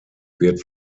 wird